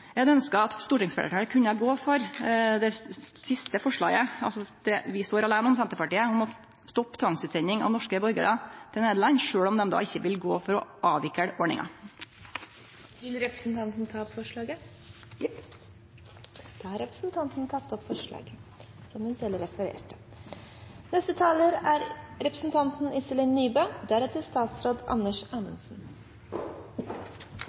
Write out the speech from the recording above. Eg hadde ønskt at stortingsfleirtalet kunne gå inn for det siste forslaget – altså det vi i Senterpartiet står aleine om, om å stoppe tvangsutsending av norske borgarar til Nederland – sjølv om dei då ikkje vil gå inn for å avvikle ordninga. Vil representanten ta opp forslaget? Jepp. Da har representanten Jenny Klinge tatt opp det forslaget